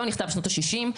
הזיכיון נכתב בשנות ה-60'.